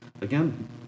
again